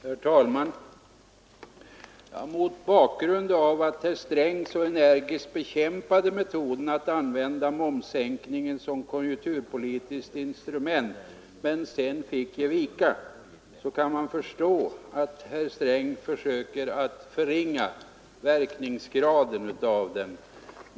Herr talman! Mot bakgrund av att herr Sträng så energiskt bekämpade förslaget att använda en momssänkning som konjunkturpolitiskt instrument men sedan fick ge vika, kan man förstå att herr Sträng söker förringa momssänkningens verkningar.